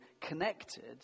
connected